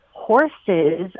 horses